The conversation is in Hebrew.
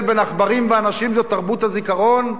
בין עכברים לאנשים זאת תרבות הזיכרון,